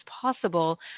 possible